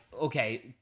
okay